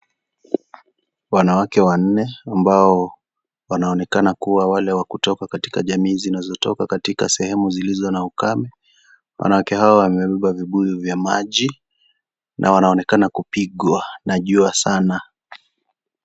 Wanawake wanne, ambao wanaonekana kua wale wa kutoka katika jamii zinazotoka katika sehemu zilizo na ukame. Wanawake hawa wamebeba vibuyu vya maji, na wanaonekana kupigwa na jua sana.